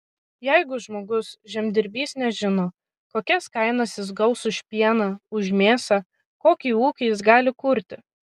jeigu žmogus žemdirbys nežino kokias kainas jis gaus už pieną už mėsą kokį ūkį jis gali kurti